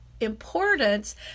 importance